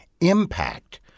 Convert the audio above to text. impact